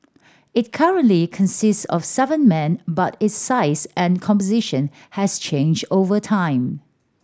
it currently consists of seven men but its size and composition has changed over time